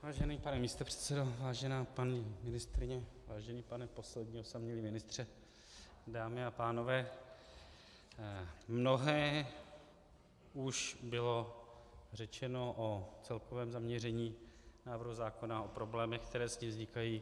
Vážený pane místopředsedo, vážená paní ministryně, vážený pane poslední osamělý ministře, dámy a pánové, mnohé už bylo řečeno o celkovém zaměření návrhu zákona, o problémech, které s tím vznikají.